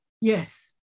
Yes